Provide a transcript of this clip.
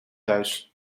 thuis